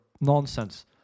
nonsense